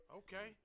okay